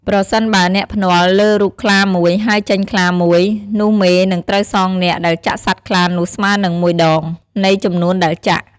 ប្រសិនបើអ្នកភ្នាល់លើរូបខ្លាមួយ ហើយចេញខ្លាមួយ នោះមេនឹងត្រូវសងអ្នកដែលចាក់សត្វខ្លានោះស្មើនឹង ១ដង នៃចំនួនដែលចាក់។